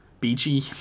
beachy